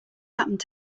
happened